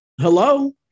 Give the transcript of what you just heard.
Hello